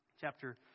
chapter